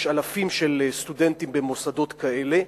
יש אלפי סטודנטים במוסדות אלה,